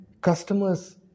customers